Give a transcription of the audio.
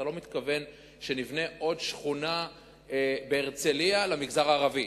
אתה לא מתכוון שנבנה עוד שכונה בהרצלייה למגזר הערבי.